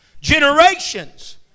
generations